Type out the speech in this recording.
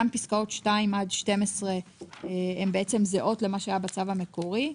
גם פסקות 12-2 הן זהות למה שהיה בצו המקורי,